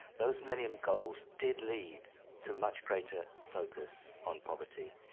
those millennium goals did lead to much greater focus on poverty